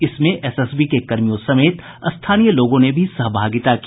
इसमें एसएसबी के कर्मियों समेत स्थानीय लोगों ने भी सहभागिता की